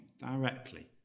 directly